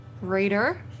raider